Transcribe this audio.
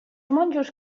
monjos